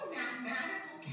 mathematical